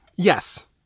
Yes